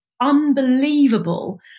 unbelievable